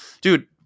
dude